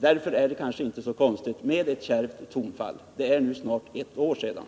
Det är nu snart ett år sedan. Därför är det kanske inte så konstigt om jag har ett kärvt tonfall.